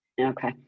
Okay